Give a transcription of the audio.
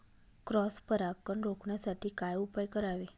Cross परागकण रोखण्यासाठी काय उपाय करावे?